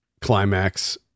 climax